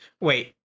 Wait